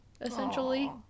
essentially